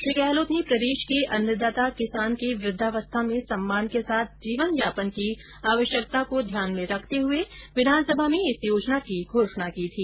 श्री गहलोत ने प्रदेश के अन्नदाता किसान के वृद्धावस्था में सम्मान के साथ जीवन यापन की आवश्यकता को ध्यान में रखते हुए विधानसभा में इस योजना की घोषणा की थी